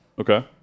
Okay